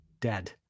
dead